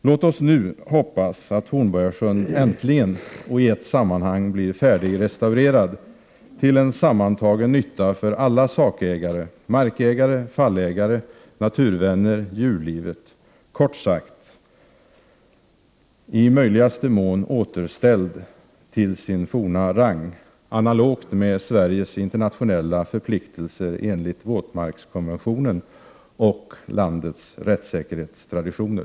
Låt oss nu hoppas att Hornborgasjön äntligen och i ett sammanhang blir färdigrestaurerad till en sammantagen nytta för alla sakägare, markägare, fallägare, naturvänner och djurlivet. Kort sagt, att Hornborgasjön i möjligaste mån blir återställd till sina forna rang, analogt med Sveriges internationella förpliktelser enligt våtmarkskonventionen och landets rättssäkerhetstraditioner.